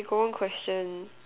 got one question